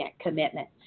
commitment